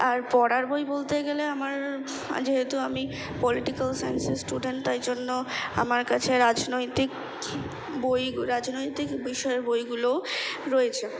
আর পড়ার বই বলতে গেলে আমার যেহেতু আমি পলিটিকাল সায়েন্সের স্টুডেন্ট তাই জন্য আমার কাছে রাজনৈতিক বইগু রাজনৈতিক বিষয়ের বইগুলোও রয়েছে